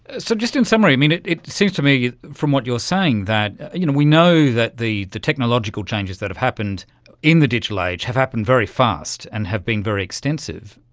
so just in summary, it it seems to me from what you're saying that you know we know that the the technological changes that have happened in the digital age have happened very fast and have been very extensive,